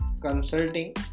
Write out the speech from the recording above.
consulting